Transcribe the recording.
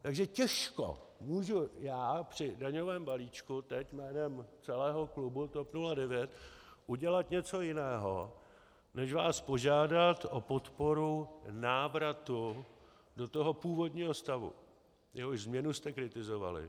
Takže těžko můžu já teď při daňovém balíčku jménem celého klubu TOP 09 udělat něco jiného než vás požádat o podporu návratu do toho původního stavu, jehož změnu jste kritizovali.